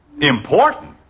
Important